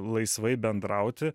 laisvai bendrauti